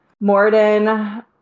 Morden